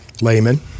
layman